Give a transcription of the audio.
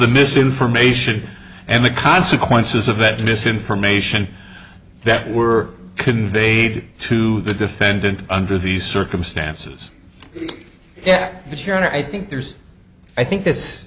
the misinformation and the consequences of that misinformation that were conveyed to the defendant under these circumstances yet this year and i think there's i think th